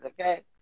okay